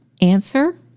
answer